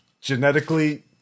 genetically